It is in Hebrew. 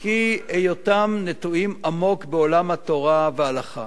כי היותם נטועים עמוק בעולם התורה וההלכה,